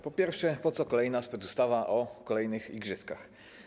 Po pierwsze, po co kolejna specustawa o kolejnych igrzyskach?